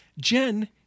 Jen